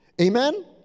Amen